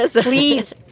Please